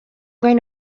going